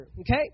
Okay